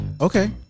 Okay